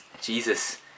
Jesus